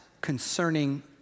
concerning